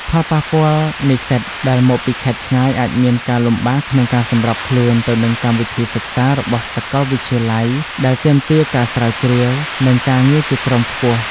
ផលប៉ះពាល់និស្សិតដែលមកពីខេត្តឆ្ងាយអាចមានការលំបាកក្នុងការសម្របខ្លួនទៅនឹងកម្មវិធីសិក្សារបស់សាកលវិទ្យាល័យដែលទាមទារការស្រាវជ្រាវ និងការងារជាក្រុមខ្ពស់។